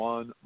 One